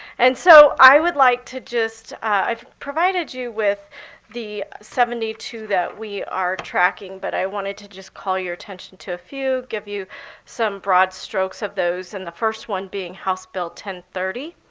and so i would like to just i've provided you with the seventy two that we are tracking, but i wanted to just call your attention to a few, give you some broad strokes of those. and the first one being house bill ten thirty,